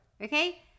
okay